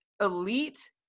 elite